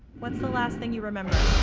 what's the last thing you remember?